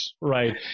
Right